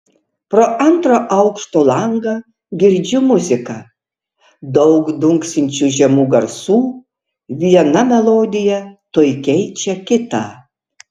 pro antro aukšto langą girdžiu muziką daug dunksinčių žemų garsų viena melodija tuoj keičia kitą